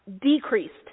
decreased